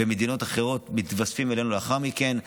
ומדינות אחרות מתווספות אלינו לאחר מכן,